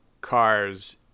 cars